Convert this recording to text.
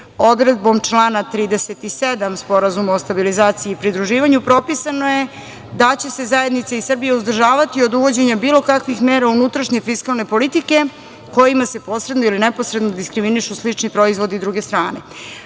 odredbom člana 37. Sporazuma o stabilizaciji i pridruživanju propisano je da će se zajednice iz Srbije uzdržavati od uvođenja bilo kakvih mera unutrašnje fiskalne politike kojima se posredno ili neposredno diskriminišu slični proizvodi i druge strane.